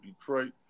Detroit